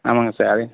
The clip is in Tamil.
ஆமாங்க சார் அதையும்